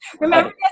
remember